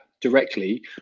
directly